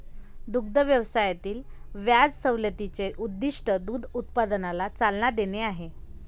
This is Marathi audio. दुग्ध व्यवसायातील व्याज सवलतीचे उद्दीष्ट दूध उत्पादनाला चालना देणे आहे